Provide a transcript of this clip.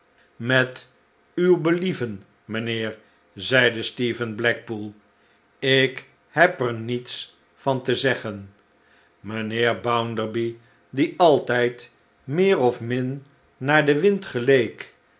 met uw believen mijnheer zeide stephen blackpool ik heb er niets van te zeggen mijnheer bounderby die altijd meer of min naar den wind geleek